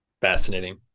Fascinating